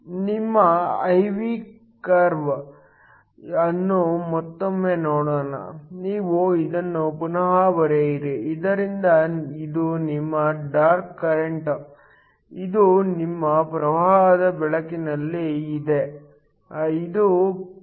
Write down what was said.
ನಿಮ್ಮ I V curve ಅನ್ನು ಮತ್ತೊಮ್ಮೆ ನೋಡೋಣ ನೀವು ಇದನ್ನು ಪುನಃ ಬರೆಯಿರಿ ಇದರಿಂದ ಇದು ನಿಮ್ಮ ಡಾರ್ಕ್ ಕರೆಂಟ್ ಇದು ನಿಮ್ಮ ಪ್ರವಾಹದ ಬೆಳಕಿನಲ್ಲಿ ಇದೆ ಇದು ಪಾಯಿಂಟ್ Voc